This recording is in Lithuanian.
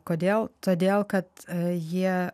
kodėl todėl kad jie